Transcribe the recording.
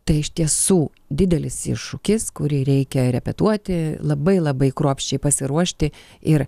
tai iš tiesų didelis iššūkis kurį reikia repetuoti labai labai kruopščiai pasiruošti ir